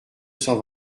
cent